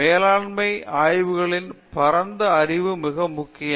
மேலாண்மை ஆய்வுகளில் பரந்த அறிவு மிக முக்கியம்